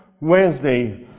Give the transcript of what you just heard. Wednesday